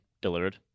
delivered